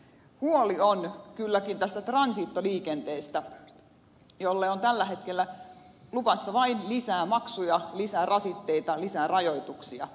huoli on kylläkin tästä transitoliikenteestä jolle on tällä hetkellä luvassa vain lisää maksuja lisää rasitteita lisää rajoituksia